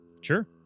sure